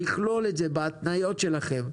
צריך לכלול את זה בהתניות שלכם.